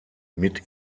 mit